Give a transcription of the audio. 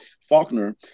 Faulkner